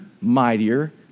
mightier